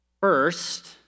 First